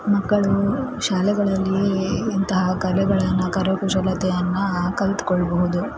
ಮಕ್ಕಳು ಶಾಲೆಗಳಲ್ಲಿ ಇಂತಹ ಕಲೆಗಳನ್ನು ಕರಕುಶಲತೆಯನ್ನು ಕಲ್ತುಕೊಳ್ಬಹುದು